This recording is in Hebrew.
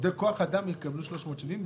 עובדי כוח אדם יקבלו 370 שקל?